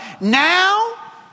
Now